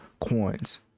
coins